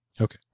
Okay